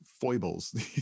foibles